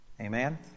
Amen